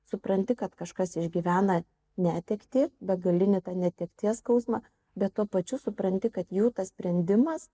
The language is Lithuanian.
supranti kad kažkas išgyvena netektį begalinį tą netekties skausmą bet tuo pačiu supranti kad jų tas sprendimas